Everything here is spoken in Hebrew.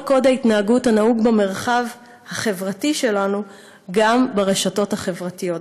קוד ההתנהגות הנהוג במרחב החברתי שלנו גם ברשתות החברתיות,